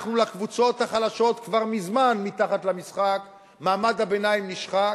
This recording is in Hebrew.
הקבוצות החלשות כבר מזמן מתחת למשחק ומעמד הביניים נשחק.